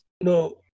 No